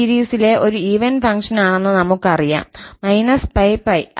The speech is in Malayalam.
ഈ സീരീസ് യിലെ ഒരു ഈവൻ ഫംഗ്ഷനാണെന്ന് നമ്മൾ ക്കറിയാം −𝜋 𝜋